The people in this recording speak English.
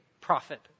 profit